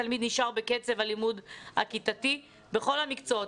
התלמיד נשאר בקצב הלימוד הכיתתי בכל המקצועות.